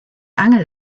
angel